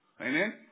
Amen